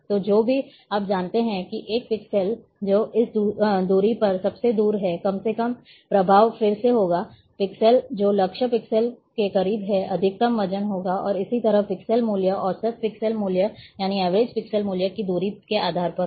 तो जो भी आप जानते हैं कि एक पिक्सेल जो इस दूरी पर सबसे दूर है कम से कम प्रभाव फिर से होगा पिक्सेल जो लक्ष्य पिक्सेल के करीब है अधिकतम वजन होगा और इसी तरह पिक्सेल मूल्य औसत पिक्सेल मूल्य की दूरी के आधार पर होगा